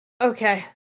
Okay